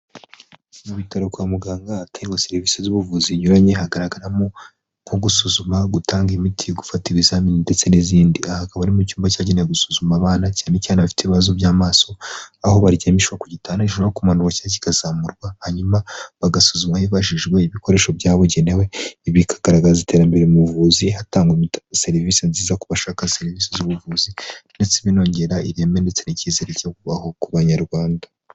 Mu bitaro kwa muganga hatangirwa serivisi z'ubuvuzi zinyuranye hagaragaramo nko gusuzuma, gutanga imiti, gufata ibizamini ndetse n'izindi. Hakaba ari mu cyumba cyagenewe gusuzuma abana cyane cyane abafite ibibazo by'amaso, aho baryamishwa ku gitanda gishobora kuzamurwa cyangwa kikamanurwa hanyuma bagasuzumwa hifashishijijwe ibikoresho byababugenewe ,bikagaragaza iterambere mu buvuzi. hatangwa serivisi nziza ku bashaka serivisi z'ubuvuzi ndetse binongera ireme ndetse n'icyizere cyo kubaho ku banyarwanda